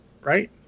Right